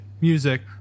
music